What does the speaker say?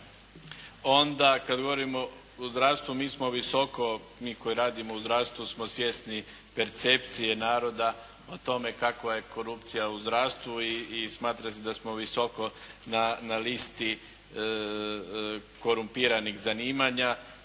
Kad govorimo o zdravstvu mi smo visoko, mi koji radimo u zdravstvu smo svjesni percepcije naroda o tome kakva je korupcija u zdravstvu i smatra se da smo visoko na listi korumpiranih zanimanja